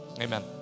Amen